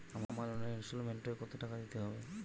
আমার লোনের ইনস্টলমেন্টৈ কত টাকা দিতে হবে?